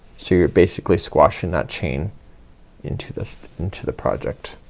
so you're basically squashing that chain into this, into the project.